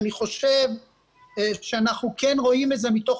אני חושב שאנחנו כן רואים את זה מתוך